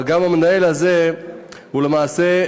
אבל גם המנהל הזה הוא למעשה,